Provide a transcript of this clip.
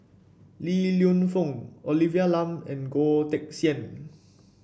Li Lienfung Olivia Lum and Goh Teck Sian